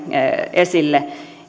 esille